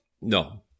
No